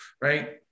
right